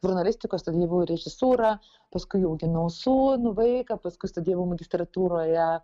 žurnalistikos studijavau režisūrą paskui auginau sūnų vaiką paskui studijavau magistrantūroje